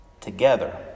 Together